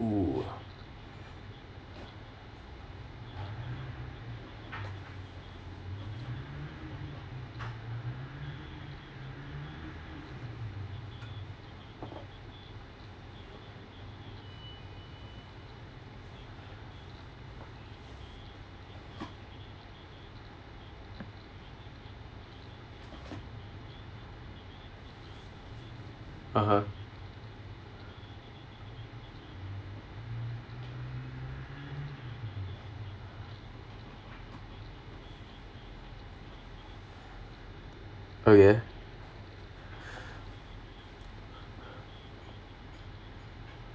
oo (uh huh) okay